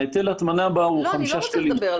היטל ההטמנה בה הוא 5 שקלים.